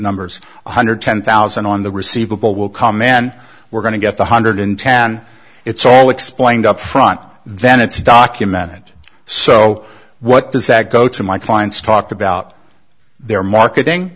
numbers one hundred ten thousand on the receivable will come and we're going to get the hundred in town it's all explained up front then it's documented so what does that go to my clients talk about their marketing